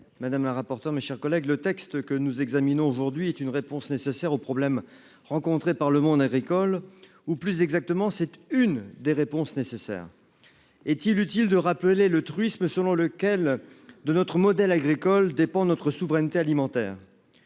Madame la rapporteure, mes chers collègues, le texte que nous examinons aujourd'hui est une réponse nécessaire aux problèmes rencontrés par le monde agricole ou plus exactement, c'était une des réponses nécessaires. Est-il utile de rappeler le truisme selon lequel de notre modèle agricole dépend notre souveraineté alimentaire.